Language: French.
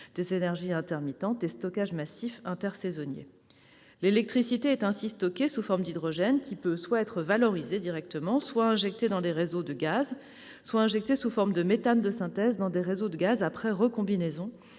des énergies intermittentes et de stockage massif intersaisonnier. L'électricité est ainsi stockée sous forme d'hydrogène qui peut être soit valorisé directement, soit injecté dans les réseaux gaz, soit injecté sous forme de méthane de synthèse dans les réseaux gaz après recombinaison